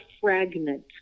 fragment